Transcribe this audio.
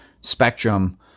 spectrum